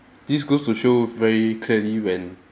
this goes to show very clearly when